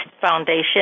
Foundation